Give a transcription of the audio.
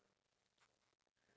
why